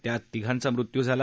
त्यात तिघांचा मृत्यू झाला